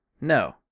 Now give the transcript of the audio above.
No